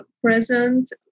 present